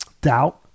doubt